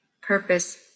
purpose